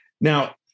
Now